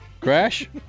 Crash